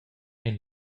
ein